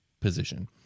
position